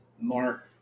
Mark